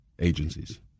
agencies